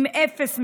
עם אפס משילות,